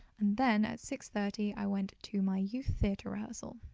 and then at six thirty i went to my youth theatre rehearsal.